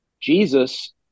Jesus